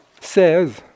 says